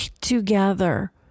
together